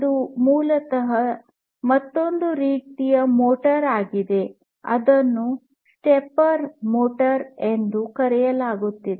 ಅದು ಮೂಲತಃ ಮತ್ತೊಂದು ರೀತಿಯ ಮೋಟಾರ್ ಆಗಿದೆ ಅದನ್ನು ಸ್ಟೆಪ್ಪರ್ ಮೋಟಾರ್ ಎಂದು ಕರೆಯಲಾಗುತ್ತದೆ